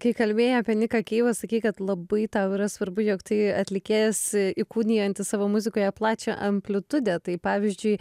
kai kalbėjai apie niką keilą sakei kad labai tau yra svarbu jog tai atlikėjas įkūnijantis savo muzikoje plačią amplitudę tai pavyzdžiui